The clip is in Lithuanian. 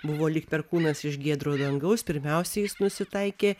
buvo lyg perkūnas iš giedro dangaus pirmiausia jis nusitaikė